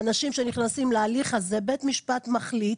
אנשים שנכנסים להליך הזה בית המשפט מחליט